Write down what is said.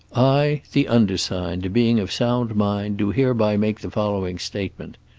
i, the undersigned, being of sound mind, do hereby make the following statement.